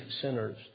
sinners